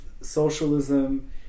socialism